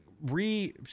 re